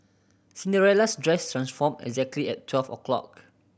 Cinderella's dress transformed exactly at twelve o' clock